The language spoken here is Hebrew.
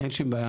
אין שום בעיה,